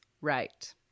right